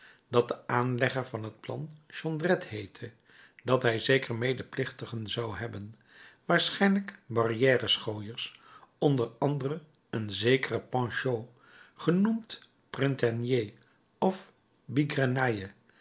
had dat de aanlegger van het plan jondrette heette dat hij zeker medeplichtigen zou hebben waarschijnlijk barrière schooiers onder anderen een zekeren panchaud genoemd printanier of